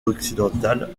occidental